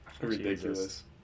Ridiculous